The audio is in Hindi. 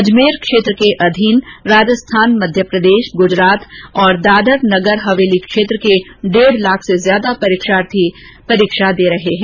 अजमेर क्षेत्र के अधीन राजस्थान मध्यप्रदेश गुजरात दादर नगर हवेली क्षेत्र के डेढ़ लाख से ज्यादा विद्यार्थी परीक्षाएं दे रहे है